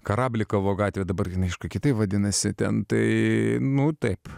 karablikavo gatvė dabar jinai aišku kitaip vadinasi ten tai nu taip